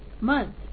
month